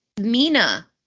Mina